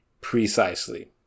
Precisely